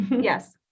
Yes